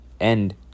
end